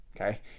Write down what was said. Okay